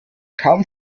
kaum